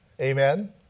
Amen